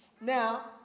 Now